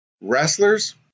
wrestlers